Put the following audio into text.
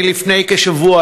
לפני כשבוע,